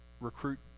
recruit